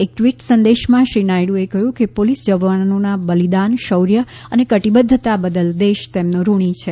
એક ટ્વીટ સંદેશમાં શ્રી નાયડુએ કહ્યું કે પોલીસ જવાનોના બલિદાન શૌર્ય અને કટિબદ્વતા બદલ દેશ તેમનો ઋણી છે